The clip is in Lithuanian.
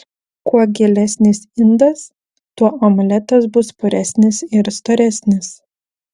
kuo gilesnis indas tuo omletas bus puresnis ir storesnis